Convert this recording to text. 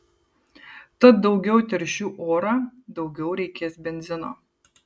tad daugiau teršiu orą daugiau reikės benzino